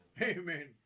Amen